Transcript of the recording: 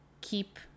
keep